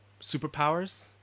superpowers